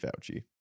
Fauci